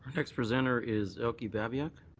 next preventer is elkie beviak.